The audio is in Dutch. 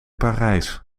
parijs